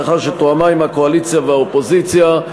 לאחר שתואמה עם הקואליציה והאופוזיציה,